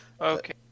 Okay